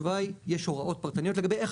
התשובה היא יש הוראות פרטניות לגבי איך